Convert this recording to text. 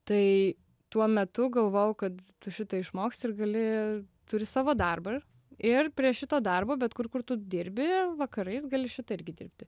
tai tuo metu galvojau kad tu šitą išmoksi ir gali turi savo darbą ir ir prie šito darbo bet kur kur tu dirbi vakarais gali šitą irgi dirbti